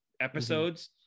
episodes